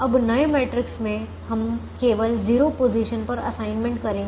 अब नए मैट्रिक्स में हम केवल 0 पोजीशन पर असाइनमेंट करेंगे